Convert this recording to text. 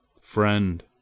Friend